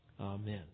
Amen